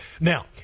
Now